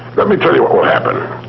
let me tell you what will happen.